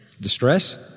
distress